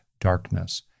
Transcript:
darkness